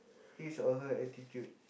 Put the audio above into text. his or her attitude